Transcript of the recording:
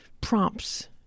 prompts